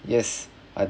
yes